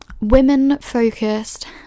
women-focused